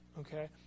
Okay